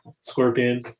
Scorpion